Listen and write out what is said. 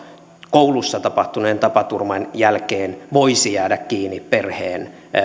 koulussa tapahtuneen tapaturman jälkeen voisi jäädä kiinni perheen